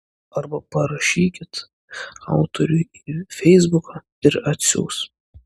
arba parašykit autoriui į feisbuką ir atsiųs